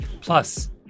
Plus